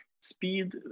speed